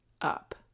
up